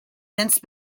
since